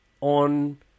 on